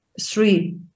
three